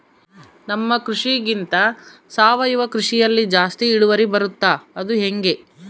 ನಮ್ಮ ಕೃಷಿಗಿಂತ ಸಾವಯವ ಕೃಷಿಯಲ್ಲಿ ಜಾಸ್ತಿ ಇಳುವರಿ ಬರುತ್ತಾ ಅದು ಹೆಂಗೆ?